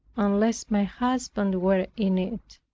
unless my husband were in it.